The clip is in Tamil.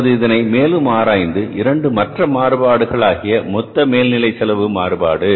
இப்போது இதனை மேலும் ஆராய்ந்து 2 மற்ற மாறுபாடுகள் ஆகிய மொத்த மேல் நிலை செலவு மாறுபாடு